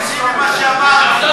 תקשיבי למה שאמרתי,